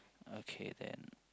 okay then